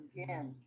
Again